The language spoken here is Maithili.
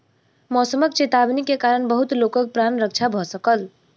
मौसमक चेतावनी के कारण बहुत लोकक प्राण रक्षा भ सकल